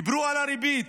דיברו על הריבית,